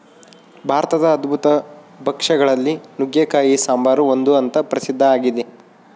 ಭಾರತದ ಅದ್ಭುತ ಭಕ್ಷ್ಯ ಗಳಲ್ಲಿ ನುಗ್ಗೆಕಾಯಿ ಸಾಂಬಾರು ಒಂದು ಅಂತ ಪ್ರಸಿದ್ಧ ಆಗಿದೆ